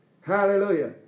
Hallelujah